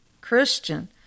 Christian